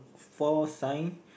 four sign